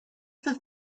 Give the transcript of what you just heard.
the